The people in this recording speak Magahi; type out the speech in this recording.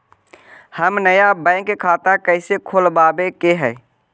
हम नया बैंक खाता कैसे खोलबाबे के है?